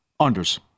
unders